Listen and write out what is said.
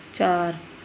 ਚਾਰ